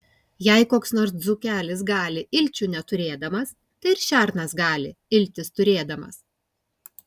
jei koks nors dzūkelis gali ilčių neturėdamas tai ir šernas gali iltis turėdamas